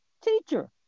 teacher